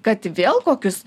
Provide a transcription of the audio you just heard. kad vėl kokius